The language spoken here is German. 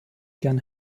gern